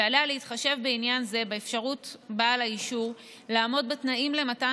ועליה להתחשב בעניין זה באפשרות של בעל האישור לעמוד בתנאים למתן